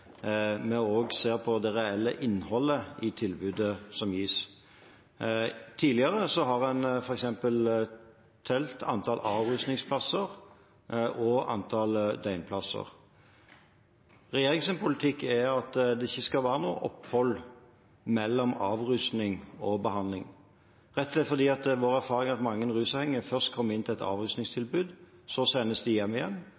vi også ser på det reelle innholdet i tilbudet som gis. Tidligere har en f.eks. talt antallet avrusningsplasser og antallet døgnplasser. Regjeringens politikk er at det ikke skal være noe opphold mellom avrusning og behandling. Dette er fordi det er vår erfaring at mange rusavhengige først kommer inn til et avrusningstilbud, så sendes de hjem igjen,